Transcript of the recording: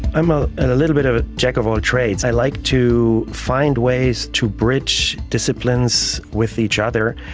i'm ah a little bit of a jack of all trades, i like to find ways to bridge disciplines with each other,